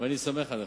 אני סומך עליך.